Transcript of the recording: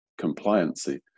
compliancy